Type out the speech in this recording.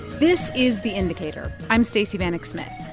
this is the indicator. i'm stacey vanek smith.